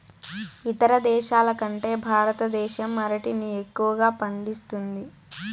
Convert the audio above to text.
ఇతర దేశాల కంటే భారతదేశం అరటిని ఎక్కువగా పండిస్తుంది